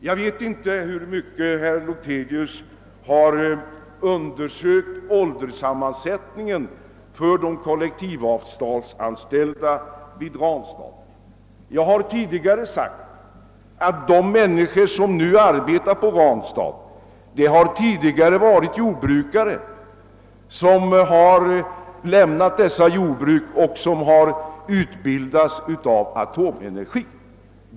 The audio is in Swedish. Jag vet inte i vad mån herr Lothigius har undersökt ålderssammansättningen för de kollektivavtalsanställda vid Ranstadsverket. Jag har tidigare sagt att de människor som nu arbetar i Ranstad tidigare varit jordbrukare, som har lämnat sina jordbruk och därefter utbildats av Atomenergi.